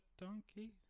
donkey